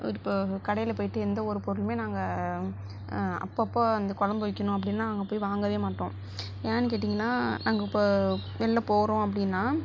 இப்போது ஒரு கடையில் போய்ட்டு எந்த ஒரு பொருளுமே நாங்கள் அப்பப்போ அந்த குழம்பு வைக்கணும் அப்படினா நாங்கள் போய் வாங்கவே மாட்டோம் ஏன்னு கேட்டிங்கன்னா நாங்கள் இப்போ வெளில போகிறோம் அப்படின்னா